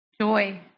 joy